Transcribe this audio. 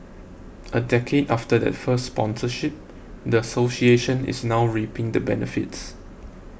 a decade after that first sponsorship the association is now reaping the benefits